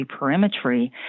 perimetry